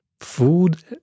food